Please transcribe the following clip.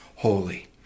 Holy